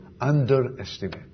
underestimate